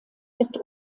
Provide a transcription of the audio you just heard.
ist